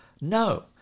No